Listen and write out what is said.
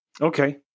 Okay